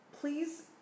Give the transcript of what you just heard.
please